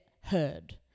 heard